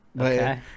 Okay